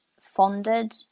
funded